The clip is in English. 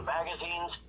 ...magazines